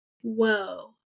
whoa